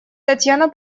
татьяна